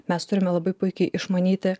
mes turime labai puikiai išmanyti